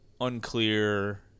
unclear